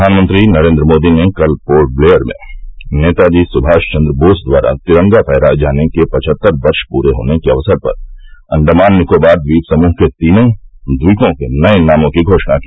प्रधानमंत्री नरेन्द्र मोदी ने कल पोर्ट ब्लेयर में नेताजी सुभाष चन्द्र बोस द्वारा तिरंगा फहराये जाने के पचहत्तर वर्ष पूरे होने के अवसर पर अंडमान निकोबार द्वीप समूह के तीन द्वीपों के नये नामों की घोषणा की